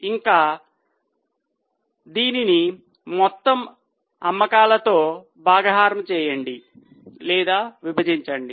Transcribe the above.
ఇంకా దీనిని మొత్తము అమ్మకాలతో బాగా హారము చేయండి